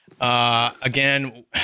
Again